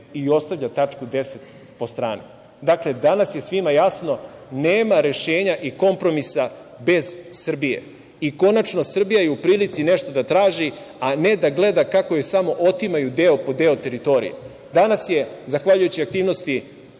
i ostavlja tačku 10. po strani. Dakle, danas je svima jasno nema rešenja i kompromisa bez Srbije. Konačno, Srbija je u prilici nešto da traži, a ne da gleda kako joj samo otimaju deo po deo teritorije. Danas je zahvaljujući aktivnosti